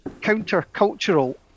counter-cultural